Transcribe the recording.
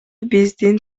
биздин